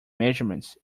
measurements